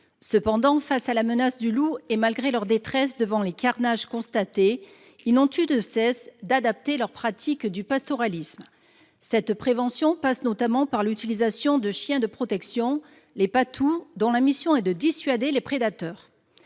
Cependant, face à la menace de ce prédateur et malgré leur détresse devant les carnages qu’ils constatent, ils n’ont eu de cesse d’adapter leur pratique du pastoralisme. Cette prévention passe notamment par l’utilisation de chiens de protection, les patous, dont la mission est de dissuader les prédateurs.